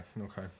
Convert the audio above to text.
okay